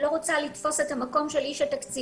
רוצה לתפוס את המקום של איש התקציבים,